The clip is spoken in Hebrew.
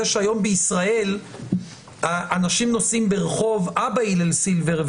זה שהיום בישראל אנשים נוסעים ברחוב אבא הלל סילבר,